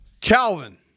Calvin